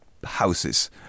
Houses